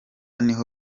niho